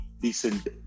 decent